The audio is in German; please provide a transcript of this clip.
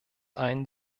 ein